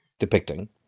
depicting